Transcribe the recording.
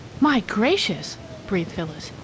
my gracious! breathed phyllis.